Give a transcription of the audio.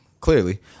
Clearly